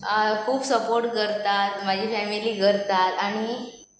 खूब सपोर्ट करतात म्हाजी फॅमिली करतात आनी